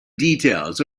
details